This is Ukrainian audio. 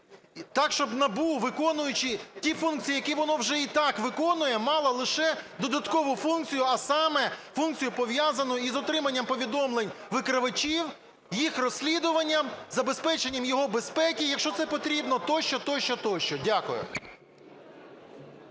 так, щоб НАБУ, виконуючи ті функції, які воно вже і так виконує, мало лише додаткову функцію, а саме – функцію, пов'язану із отриманням повідомлень викривачів, їх розслідуванням, забезпеченням його безпеки, якщо це потрібно, тощо, тощо, тощо. Дякую.